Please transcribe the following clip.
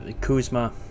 kuzma